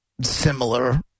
similar